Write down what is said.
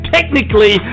Technically